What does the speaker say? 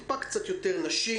קצת יותר מחצי אוכלוסייה נשים,